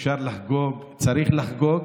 אפשר לחגוג, צריך לחגוג,